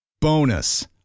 Bonus